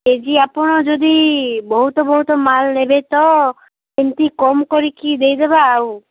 KG ଆପଣ ଯଦି ବହୁତ ବହୁତ ମାଲ୍ ନେବେ ତ ଏମିତି କମ କରିକି ଦେଇଦେବା ଆଉ